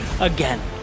again